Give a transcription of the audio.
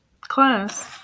class